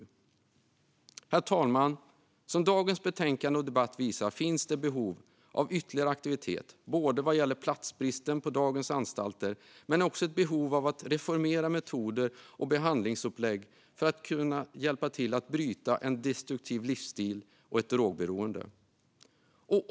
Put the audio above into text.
Herr talman! Som dagens betänkande och debatt visar finns det behov av ytterligare aktivitet både vad gäller platsbristen på dagens anstalter och behovet av att reformera metoder och behandlingsupplägg för att kunna hjälpa till att bryta en destruktiv livsstil och drogberoende.